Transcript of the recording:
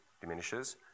diminishes